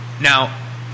Now